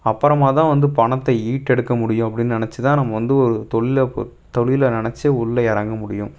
அப்புறமா தான் வந்து பணத்தை ஈட்டு எடுக்க முடியும் அப்படின் நினச்சி தான் நம்ம வந்து ஒரு தொழில ஹோ தொழிலை நினச்சி உள்ள இறங்க முடியும்